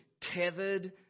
tethered